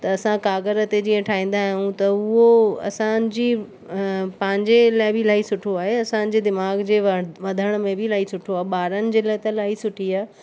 त असां काॻर ते जीअं ठाहींदा आहियूं त उहो असांजी पंहिंजे लाइ बि इलाही सुठो आहे असांजे दिमाग़ जे वधण में बि इलाही सुठो आहे ॿारनि जे लाइ त इलाही सुठी आहे